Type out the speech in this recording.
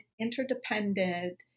interdependent